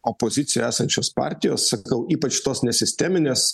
opozicijoj esančios partijos sakau ypač tos nesisteminės